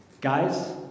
Guys